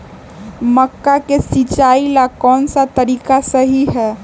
मक्का के सिचाई ला कौन सा तरीका सही है?